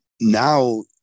now